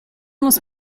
muss